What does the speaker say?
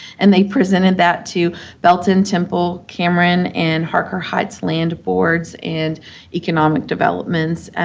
and they presented that to belton, temple, cameron, and harker heights land boards and economic developments, and